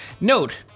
note